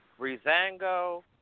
Rizango